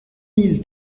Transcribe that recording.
mille